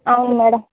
అవును మ్యాడం